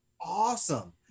awesome